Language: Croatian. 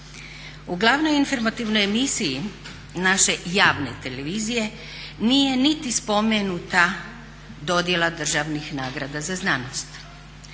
U glavnoj informativnoj emisiji naše javne televizije nije niti spomenuta dodjela državnih nagrada za znanost.